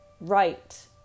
right